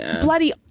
bloody